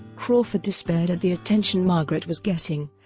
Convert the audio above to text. crawford despaired at the attention margaret was getting,